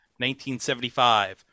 1975